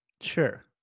Sure